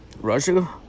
Russia